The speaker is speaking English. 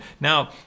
now